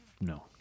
No